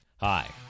hi